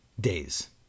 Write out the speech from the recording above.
days